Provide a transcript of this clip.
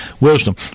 Wisdom